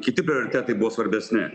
kiti prioritetai buvo svarbesni